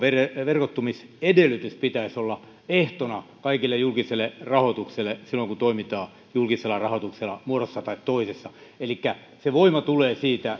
verkottumisedellytyksen pitäisi olla ehtona kaikelle julkiselle rahoitukselle silloin kun toimitaan julkisella rahoituksella muodossa tai toisessa elikkä se voima tulee siitä